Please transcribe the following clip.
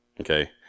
Okay